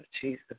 Jesus